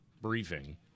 briefing